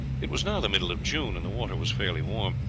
it was now the middle of june, and the water was fairly warm,